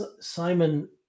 Simon